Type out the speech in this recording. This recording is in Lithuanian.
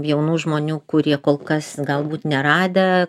jaunų žmonių kurie kol kas galbūt neradę